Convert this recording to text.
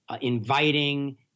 inviting